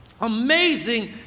amazing